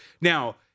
Now –